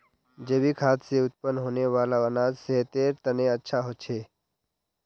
जैविक खाद से उत्पन्न होने वाला अनाज सेहतेर तने अच्छा होछे